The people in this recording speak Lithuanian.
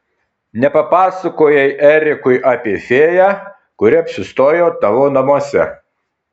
nepapasakojai erikui apie fėją kuri apsistojo tavo namuose